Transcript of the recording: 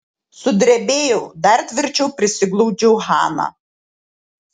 sudrebėjau dar tvirčiau prisiglaudžiau haną